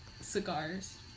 cigars